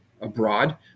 abroad